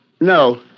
No